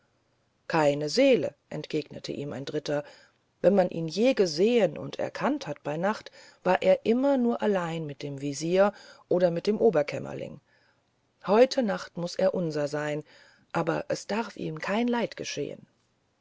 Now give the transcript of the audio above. keine seele entgegnete ihm ein dritter wenn man ihn je gesehen und erkannt hat bei nacht war er immer nur allein mit dem wesir oder mit dem oberkämmerling heute nacht muß er unser sein aber es darf ihm kein leid geschehen